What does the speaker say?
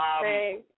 Hey